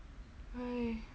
!hais!